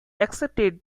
accepted